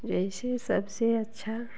जैसी सबसे अच्छा